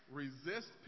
resist